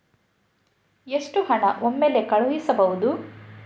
ಎಷ್ಟು ಹಣ ಒಮ್ಮೆಲೇ ಕಳುಹಿಸಬಹುದು?